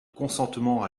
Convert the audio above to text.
consentement